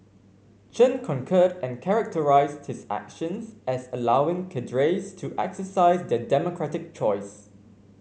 chen concurred and characterised his actions as allowing cadres to exercise their democratic choice